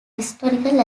historical